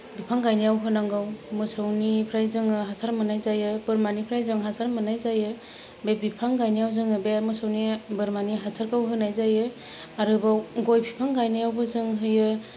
बिफां गायनायाव होनांगौ मोसौनिफ्राय जोङो हासार मोननाय जायो बोरमानिफ्राय जों हासार मोननाय जायो बे बिफां गायनायाव जोङो बे मोसौनि बोरमानि हासारखौ होनाय जायो आरोबाव गय बिफां गायनायावबो जों होयो